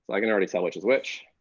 like and already tell which is which.